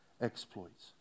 exploits